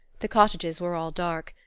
the cottages were all dark.